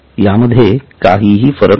यामध्ये काहीही फरक नाही